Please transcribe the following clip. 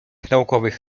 naukowych